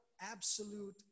absolute